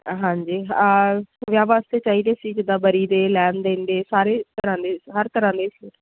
ਹਾਂਜੀ ਹਾਂ ਵਿਆਹ ਵਾਸਤੇ ਚਾਹੀਦੇ ਸੀ ਜਿੱਦਾਂ ਵਰੀ ਦੇ ਲੈਣ ਦੇਣ ਦੇ ਸਾਰੇ ਤਰ੍ਹਾਂ ਦੇ ਹਰ ਤਰ੍ਹਾਂ ਦੇ ਸੂਟ